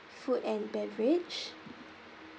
food and beverage